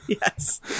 Yes